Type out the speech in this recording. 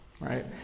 right